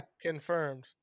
confirmed